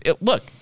look